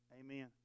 Amen